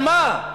על מה?